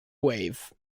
wave